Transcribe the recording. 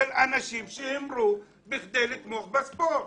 של אנשים שהימרו כדי לתמוך בספורט.